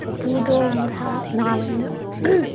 ꯄꯨꯄꯨꯗꯣ ꯃꯁꯥ ꯅꯥꯔꯃꯤꯅ